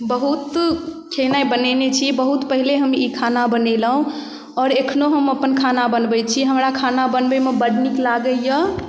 बहुत खेनाइ बनेने छी बहुत पहिले हम ई खाना बनेलहुँ आओर एखनो हम अपन खाना बनबै छी हमरा खाना बनबैमे बड़ नीक लागैए